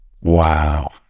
Wow